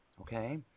Okay